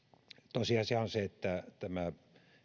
tosiasia on se että tämä